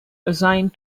assigned